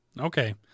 Okay